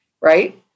right